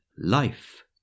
life